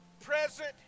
present